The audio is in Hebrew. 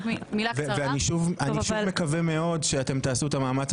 ואני שוב מקווה מאוד שאתם תעשו את המאמץ,